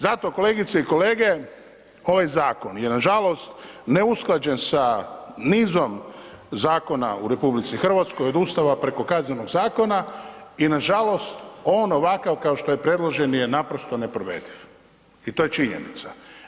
Zato kolegice i kolege, ovaj zakon je nažalost neusklađen sa nizom zakona u RH, od Ustava preko kaznenog zakona i nažalost on ovakav kao što je predložen je naprosto neprovediv i to je činjenica.